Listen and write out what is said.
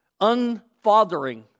unfathering